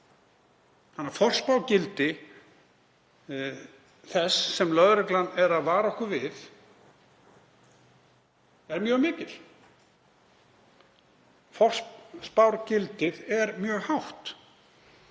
raunin. Forspárgildi þess sem lögreglan er að vara okkur við er mjög mikið. Forspárgildið er mjög hátt.